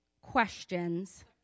questions